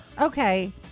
Okay